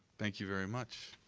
thank you very much.